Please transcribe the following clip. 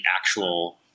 actual